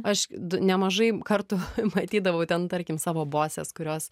aš nemažai kartų matydavau ten tarkim savo bosses kurios